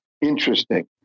interesting